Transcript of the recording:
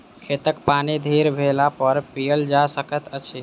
खेतक पानि थीर भेलापर पीयल जा सकैत अछि